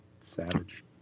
savage